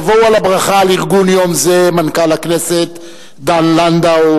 יבואו על הברכה על ארגון יום זה מנכ"ל הכנסת דן לנדאו,